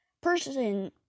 person